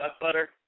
butter